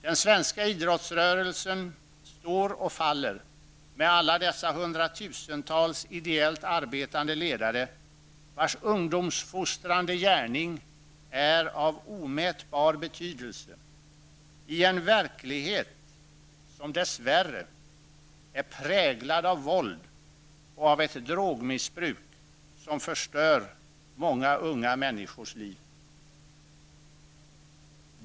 Den svenska idrottsrörelsen står och faller med alla dessa hundratusentals ideellt arbetande ledare vars ungdomsfostrande gärning är av omätbar betydelse i en verklighet, som dess värre, är präglad av våld och av ett drogmissbruk som förstör många unga människors liv.